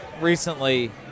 recently